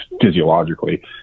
physiologically